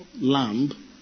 lamb